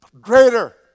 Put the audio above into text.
Greater